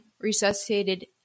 resuscitated